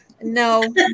No